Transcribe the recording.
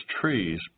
trees